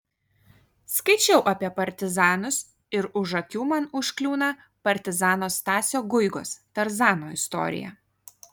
skaičiau apie partizanus ir už akių man užkliūna partizano stasio guigos tarzano istorija